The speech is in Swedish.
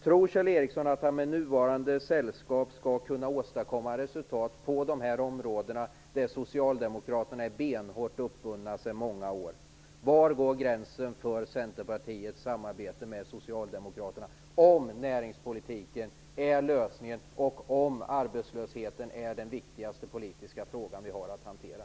Tror Kjell Ericsson att han i nuvarande sällskap skall kunna åstadkomma resultat på de områden där Socialdemokraterna är benhårt uppbundna sedan många år? Var går gränsen för Centerpartiets samarbete med Socialdemokraterna, om näringspolitiken är lösningen och om arbetslösheten är den viktigaste politiska frågan vi har att hantera?